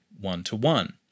one-to-one